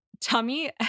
tummy